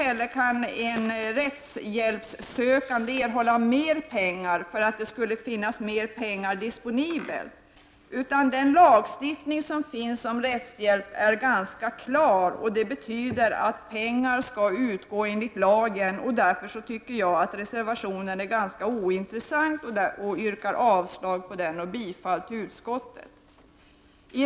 En rättshjälpssökande kan heller inte erhålla mer pengar om det skulle finnas mer pengar disponibla. Lagstiftningen om rättshjälp är ganska klar. Det betyder att pengar skall utgå enligt lagen. Därför tycker jag att reservationen är ganska ointressant och yrkar avslag på den och bifall till utskottets förslag.